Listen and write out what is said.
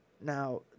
Now